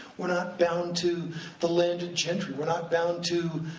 we're not bound to the landed gentry, we're not bound to,